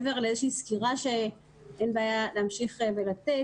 וזאת מעבר לאיזושהי סקירה שאין בעיה להמשיך ולתת.